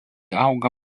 auga